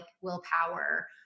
willpower